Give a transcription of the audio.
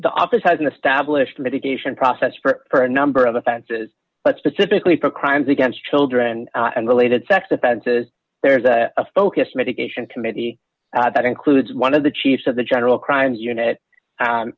the office has an established litigation process for a number of offenses but specifically for crimes against children and related sex offenses there's a focus medication committee that includes one of the chiefs of the general crimes unit